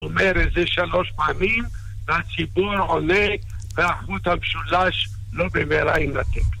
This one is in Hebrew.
אומר את זה שלוש פעמים, והציבור עולה, והחוט המשולש לא במהרה ינתק.